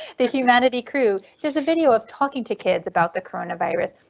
the humanity crew. there's a video of talking to kids about the coronavirus.